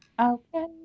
Okay